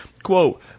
Quote